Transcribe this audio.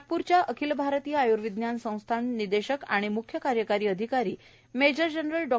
नागप्रच्या अखिल भारतीय आयर्विज्ञान संस्थान निदेशक आणि मुख्य कार्यकारी अधिकारी मेजर जनरल डॉ